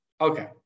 Okay